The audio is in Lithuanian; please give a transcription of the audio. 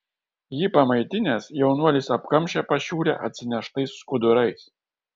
jį pamaitinęs jaunuolis apkamšė pašiūrę atsineštais skudurais